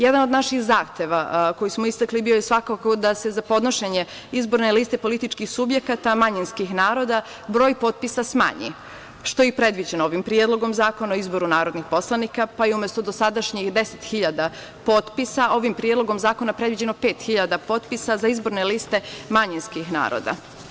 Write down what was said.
Jedan od naših zahteva koji smo istakli, bio je da se za podnošenje izborne liste političkih subjekata manjinskih naroda broj potpisa smanji, što je i predviđeno ovim Predlogom zakona o izboru narodnih poslanika, pa je umesto dosadašnjih 10.000 potpisa, ovim predlogom zakona predviđeno 5.000 potpisa za izborne liste manjinskih naroda.